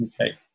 okay